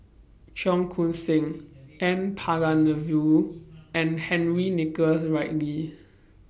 Cheong Koon Seng N Palanivelu and Henry Nicholas Ridley